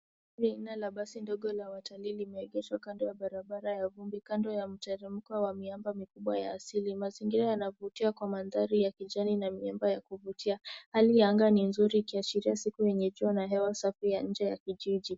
Gari aina ya basi ndogo la watalii limeegeshwa kando ya barabara ya vumbi kando ya mteremko wa miamba mikubwa ya asili. Mazingira yanavutia kwa mandhari ya kijani na miamba ya kuvutia. Hali ya anga ni nzuri ikiashiria siku yenye jua na hewa safi ya nje ya kijiji .